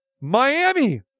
Miami